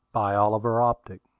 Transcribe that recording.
by oliver optic